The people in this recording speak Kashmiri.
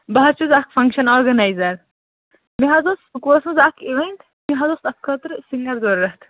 بہٕ حظ چھَس اکھ فنگشَن آرگٕنایزر مےٚ حظ اوس بہٕ ٲسٕس اکھ اِیوینٛٹ مےٚحظ اوس اتھ خٲطرٕ سِنٛگر ضروٗرت